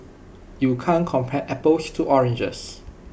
you can't compare apples to oranges